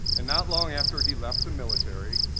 and not long after he left the military,